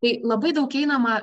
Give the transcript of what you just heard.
tai labai daug einama